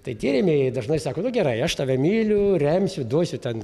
tai tie rėmėjai dažnai sako nu gerai aš tave myliu remsiu duosiu ten